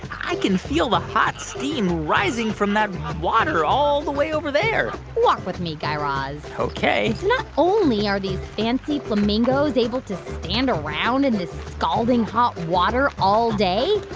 i can feel the hot steam rising from that water all the way over there walk with me, guy raz ok not only are these fancy flamingos able to stand around in this scalding hot water all day,